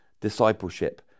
discipleship